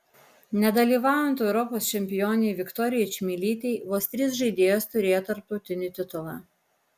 nedalyvaujant europos čempionei viktorijai čmilytei vos trys žaidėjos turėjo tarptautinį titulą